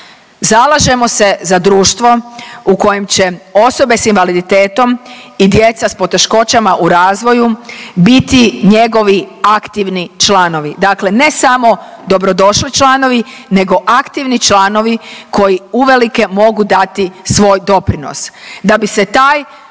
Zalažemo se za društvo u kojem će osobe s invaliditetom i djeca s poteškoćama u razvoju biti njegovi aktivni članovi. Dakle, ne samo dobrodošli članovi nego aktivni članovi koji uvelike mogu dati svoj doprinos.